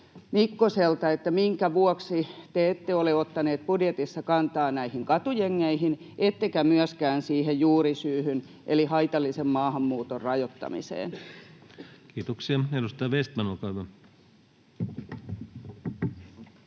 Mikkoselta: minkä vuoksi te ette ole ottaneet budjetissa kantaa näihin katujengeihin ettekä myöskään siihen juurisyyhyn eli haitallisen maahanmuuton rajoittamiseen? Kiitoksia. — Edustaja Vestman, olkaa hyvä.